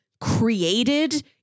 created